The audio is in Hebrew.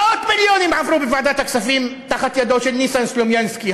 מאות מיליונים עברו בוועדת הכספים תחת ידו של ניסן סלומינסקי,